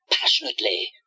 Passionately